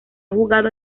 jugado